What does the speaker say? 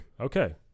okay